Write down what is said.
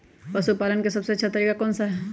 पशु पालन का सबसे अच्छा तरीका कौन सा हैँ?